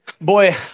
boy